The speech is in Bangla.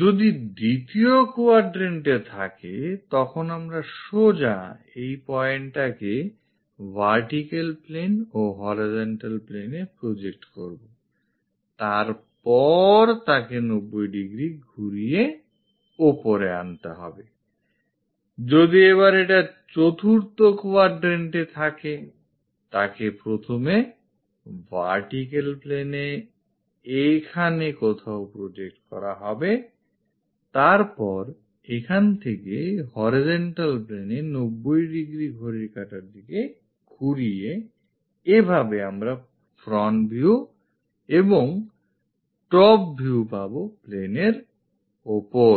যদি এটা দ্বিতীয় quadrantএ থাকে তখন আমরা সোজা এই pointটা কে vertical planeও horizontal planeএ project করব এবং তারপর তাকে 90° ঘুরিয়ে ওপরে আনতে হবেI যদি এবার এটা চতুর্থ quadrantএ থাকে তাকে প্রথমে vertical planeএ এখানে কোথাও project করা হবে তারপর এখান থেকে horizontal planeএ 90° ঘড়ির কাটার দিকে ঘুরিয়েI এভাবে আমরা front view এবং টপ top view planeএর ভিউ প্লেনের ওপর